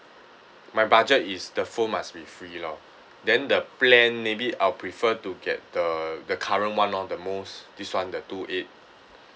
my budget is the phone must be free lor then the plan maybe I'll prefer to get the the current one lor the most this [one] the two eight